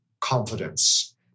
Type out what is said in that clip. confidence